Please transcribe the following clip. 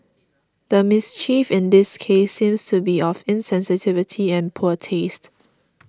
the mischief in this case seems to be of insensitivity and poor taste